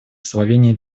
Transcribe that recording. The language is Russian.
словения